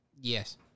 Yes